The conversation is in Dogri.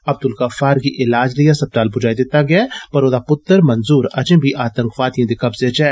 अब्दुल गफ्फार गी इलाज लेई अस्पताल पुजाई दिता गेआ ऐ पर औदा पुत्र मंजूर अजें बी आतंकियें दे कब्जे च ऐ